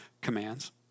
commands